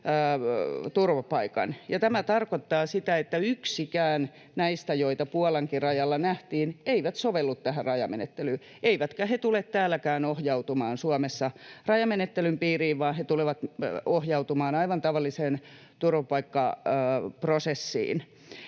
turvapaikan. Tämä tarkoittaa sitä, että yksikään näistä, joita Puolankin rajalla nähtiin, ei sovellu tähän rajamenettelyyn, eivätkä he tule täälläkään ohjautumaan Suomessa rajamenettelyn piiriin, vaan he tulevat ohjautumaan aivan tavalliseen turvapaikkaprosessiin.